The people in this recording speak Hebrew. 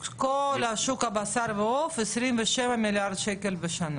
מי שבוחר מי ייסע לחו"ל זה לא